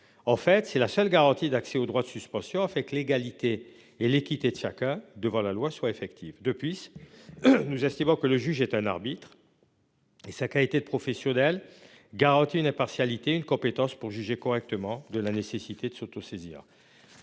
en fait c'est la seule garantie d'accès au droit de suspension avec l'égalité et l'équité de chacun devant la loi soit effective depuis. Nous estimons que le juge ait un arbitre. Et sa qualité de professionnel garanti une impartialité une compétence pour juger correctement de la nécessité de s'saisir.